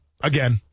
again